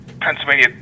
Pennsylvania